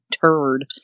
turd